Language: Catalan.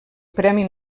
premi